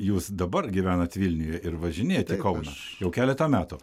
jūs dabar gyvenat vilniuje ir važinėjat į kauną jau keletą metų